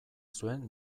zuen